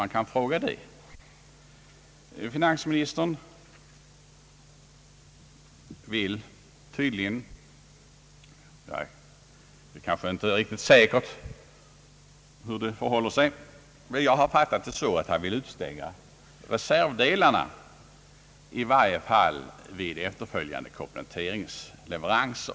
Jag har fattat finansministern så, att han vill utestänga reservdelarna, i varje fall vid efterföljande kompletteringsleveranser.